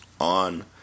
on